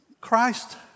Christ